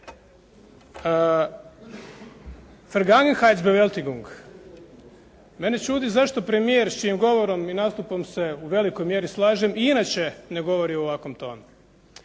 Vergangenheits beveltigung, mene čudi zašto premijer s čijim govorom i nastupom se u velikoj mjeri slažem i inače ne govori u ovakvom tonu.